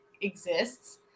exists